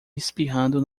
espirrando